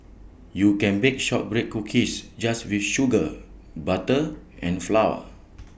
you can bake Shortbread Cookies just with sugar butter and flour